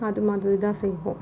அது மாதிரிதான் செய்வோம்